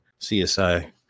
CSI